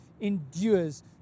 endures